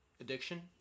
addiction